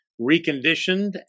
reconditioned